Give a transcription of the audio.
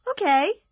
okay